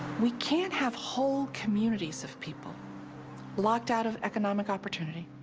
we can't have whole communities of people locked out of economic opportunity,